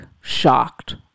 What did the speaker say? shocked